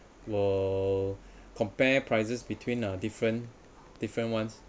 will compare prices between uh different different ones